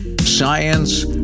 science